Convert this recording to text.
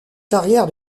carrière